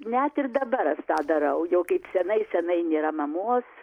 net ir dabar aš tą darau jau senai senai nėra mamos